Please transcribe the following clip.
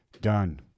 done